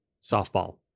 softball